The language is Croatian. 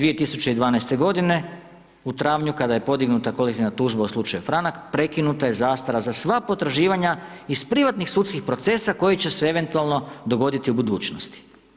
2012.g. u travnju kada je podignuta kolektivna tužba u slučaju Franak, prekinuta je zastara za sva potraživanja iz privatnih sudskih procesa koji će se eventualno dogoditi u budućnosti.